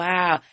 Wow